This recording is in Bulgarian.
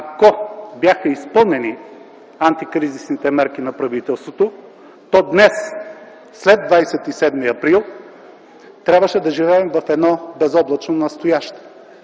ако бяха изпълнени антикризисните мерки на правителството, то днес след 27 април трябваше да живеем в едно безоблачно настояще.